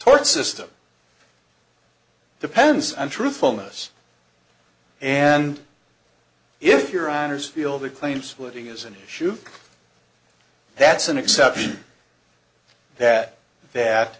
tort system depends on truthfulness and if your honour's feel the claim splitting is an issue that's an exception that that